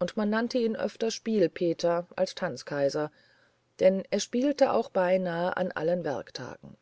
und man nannte ihn öfter spiel peter als tanzkaiser denn er spielte jetzt auch beinahe an allen werktagen